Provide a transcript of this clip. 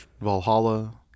Valhalla